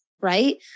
right